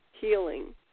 healing